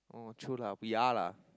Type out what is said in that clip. oh true lah we are lah